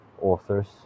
Authors